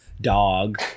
Dog